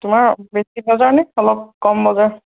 তোমাৰ বেছি বজাৰ ন অলপ কম বজাৰ